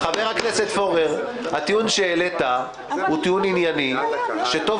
הטיעון שהעלית הוא טיעון ענייני שטוב